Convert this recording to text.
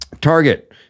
Target